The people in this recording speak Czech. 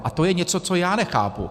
A to je něco, co já nechápu.